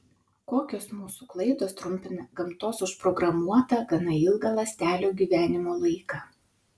kokios mūsų klaidos trumpina gamtos užprogramuotą gana ilgą ląstelių gyvenimo laiką